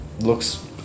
looks